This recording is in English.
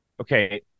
Okay